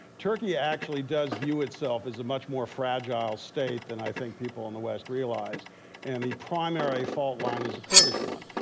turkey actually does view itself as a much more fragile state than i think people in the west realize and the primary fault line is the kurdish one.